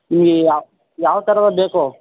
ನಿಮಗೆ ಯಾವ ಥರದಾಗೆ ಬೇಕು